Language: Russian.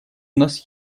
нас